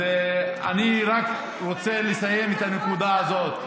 אני רק רוצה לסיים את הנקודה הזאת.